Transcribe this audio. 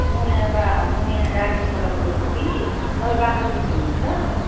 म यहाँ बा म यहाँ दार्जिलिङबाट बोलेको कि तपाईँ बाग्राकोटको हुनु हुन्छ